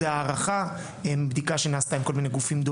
זה הערכה, בדיקה שנעשתה עם כל מיני גופים.